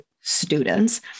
students